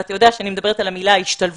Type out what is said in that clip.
אתה יודע שאני מדברת על המילה השתלבות,